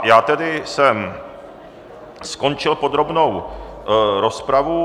Já tedy jsem skončil podrobnou rozpravu.